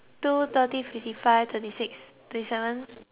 two thirty fifty five thirty six thirty seven